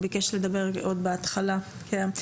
הוא ביקש לדבר בתחילת הדיון.